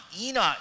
Enoch